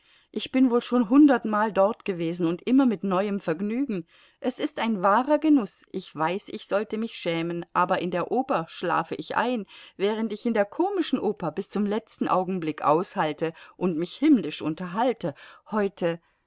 ich bin wohl schon hundertmal dort gewesen und immer mit neuem vergnügen es ist ein wahrer genuß ich weiß ich sollte mich schämen aber in der oper schlafe ich ein während ich in der komischen oper bis zum letzten augenblick aushalte und mich himmlisch unterhalte heute